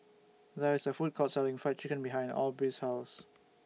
There IS A Food Court Selling Fried Chicken behind Aubree's House